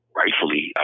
rightfully